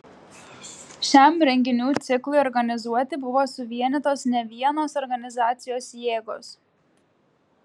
šiam renginių ciklui organizuoti buvo suvienytos nevienos organizacijos jėgos